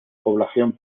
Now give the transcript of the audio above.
población